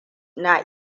na